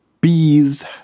bees